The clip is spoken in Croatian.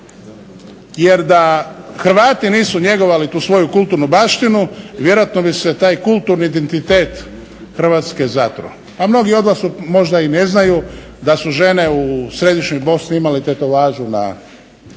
Jer da Hrvati nisu njegovali tu svoju kulturnu baštinu vjerojatno bi se taj kulturni identitet Hrvatske zatro, a mnogi od vas možda i ne znaju da su žene u središnjoj Bosni imale tetovažu na zapešću